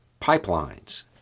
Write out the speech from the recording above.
pipelines